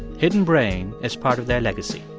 hidden brain is part of their legacy